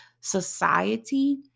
society